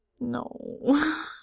No